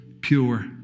pure